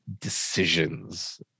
decisions